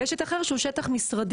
ויש שטח אחר שהוא השטח של המשרדים,